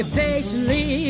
patiently